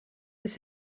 his